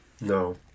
No